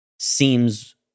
seems